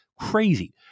Crazy